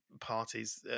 parties